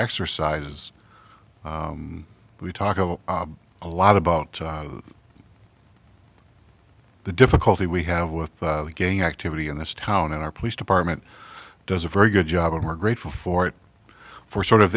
exercises we talk of a lot about the difficulty we have with the gang activity in this town and our police department does a very good job and we're grateful for it for sort of